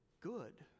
good